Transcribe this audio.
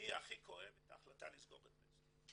אני הכי כואב את ההחלטה לסגור את וסטי,